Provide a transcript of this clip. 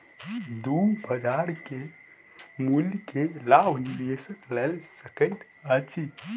दू बजार के मूल्य के लाभ निवेशक लय सकैत अछि